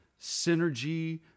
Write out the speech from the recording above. synergy